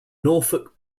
norfolk